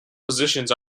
positions